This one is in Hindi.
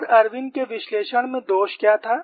और इरविन के विश्लेषण में दोष क्या था